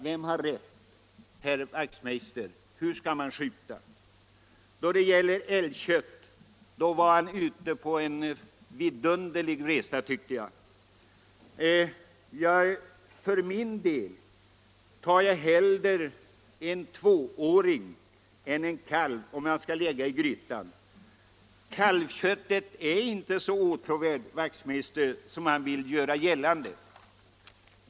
Vem har rätt, herr Wachtmeister, hur skall man skjuta? Då det gäller älgkött var han ute på en vidunderlig resa. Jag tar för min del hellre en tvååring än en kalv, om köttet skall läggas i grytan. Kalvköttet är inte så åtråvärt, herr Wachtminister, som man vill göra gällande.